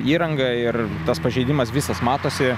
įranga ir tas pažeidimas visas matosi